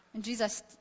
Jesus